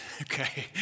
okay